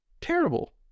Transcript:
Terrible